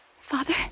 Father